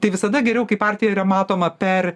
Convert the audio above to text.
tai visada geriau kai partija yra matoma per